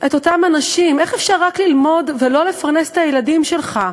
את אותם אנשים: איך אפשר רק ללמוד ולא לפרנס את הילדים שלך?